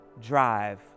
drive